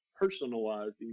personalized